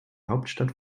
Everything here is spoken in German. hauptstadt